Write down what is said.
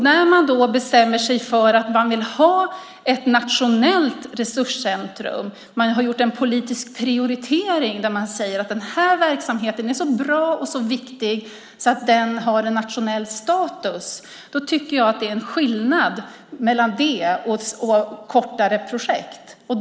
När man har bestämt sig för att man vill ha ett nationellt resurscentrum och har gjort en politisk prioritering där man säger att verksamheten är så bra och viktig att den har nationell status är det något annat än ett kortare projekt.